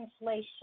inflation